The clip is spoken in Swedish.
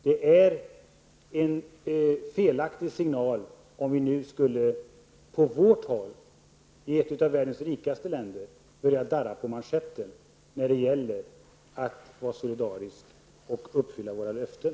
Det är en felaktig signal att nu på vårt håll -- i ett av världens rikaste länder -- börja darra på manschetten när det gäller att vara solidarisk och uppfylla våra löften.